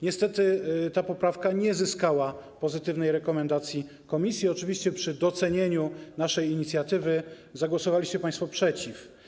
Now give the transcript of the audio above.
Niestety ta poprawka nie zyskała pozytywnej rekomendacji komisji, oczywiście - przy docenieniu naszej inicjatywy - zagłosowaliście państwo przeciw.